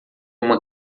uma